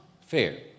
fair